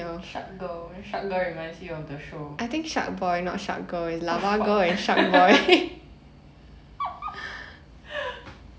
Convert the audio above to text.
sharkgirl then sharkgirl reminds you of the show